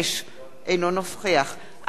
אינו נוכח אחמד טיבי,